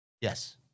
Yes